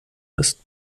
ist